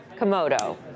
Komodo